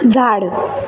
झाड